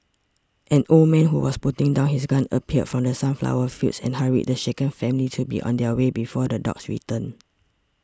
an old man who was putting down his gun appeared from the sunflower fields and hurried the shaken family to be on their way before the dogs return